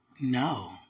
No